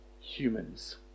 humans